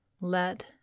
let